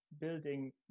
building